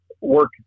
work